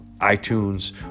iTunes